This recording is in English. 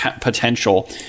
potential